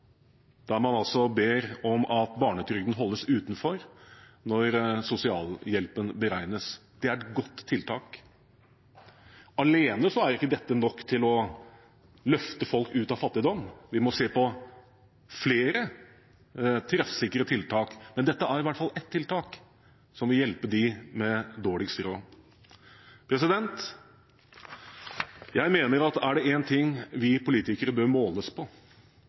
der man ber om at barnetrygden holdes utenfor når sosialhjelpen beregnes. Det er et godt tiltak. Alene er ikke dette nok til å løfte folk ut av fattigdom, vi må se på flere treffsikre tiltak, men dette er i hvert fall ett tiltak som vil hjelpe dem med dårligst råd. Jeg mener at er det én ting vi politikere bør måles på,